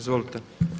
Izvolite.